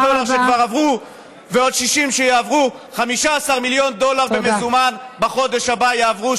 וסך הכול, גברתי,